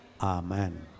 amen